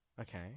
Okay